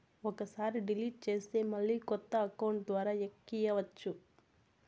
ఒక్కసారి డిలీట్ చేస్తే మళ్ళీ కొత్త అకౌంట్ ద్వారా ఎక్కియ్యచ్చు